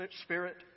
spirit